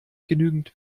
genügend